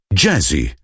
jazzy